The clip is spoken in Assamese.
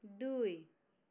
দুই